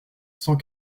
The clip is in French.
cent